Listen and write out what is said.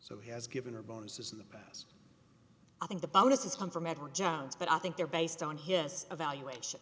so he has given her bonuses in the past i think the bonuses come from edward jones but i think they're based on his evaluation